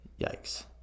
Yikes